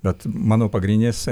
bet mano pagrindinis